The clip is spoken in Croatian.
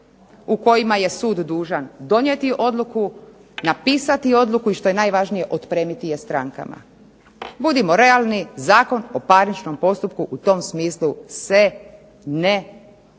u kojima je sud dužan donijeti odluku, napisati odluku i što je najvažnije otpremiti je strankama, budimo realni Zakon o parničnom postupku u tom smislu se ne izvršava